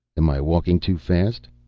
am i walking too fast?